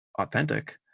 authentic